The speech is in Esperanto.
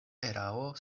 erao